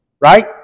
right